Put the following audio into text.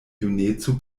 juneco